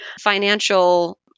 Financial